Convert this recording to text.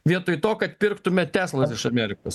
vietoj to kad pirktume teslas iš amerikos